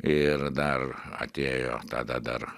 ir dar atėjo tada dar